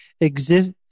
exist